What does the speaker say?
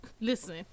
listen